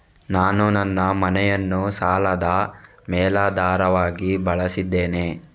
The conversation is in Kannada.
ನಾನು ನನ್ನ ಮನೆಯನ್ನು ಸಾಲದ ಮೇಲಾಧಾರವಾಗಿ ಬಳಸಿದ್ದೇನೆ